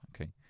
okay